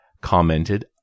commented